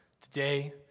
today